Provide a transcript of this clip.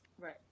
Right